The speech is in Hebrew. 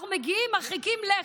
אנחנו מגיעים, מרחיקים לכת.